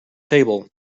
table